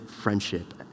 friendship